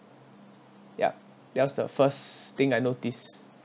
yup that was the first thing I noticed